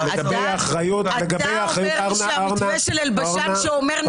אתה אומר לי שהמתווה של אלבשן שאומר ...